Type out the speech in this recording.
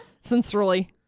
Sincerely